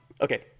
Okay